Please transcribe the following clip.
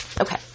Okay